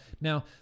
Now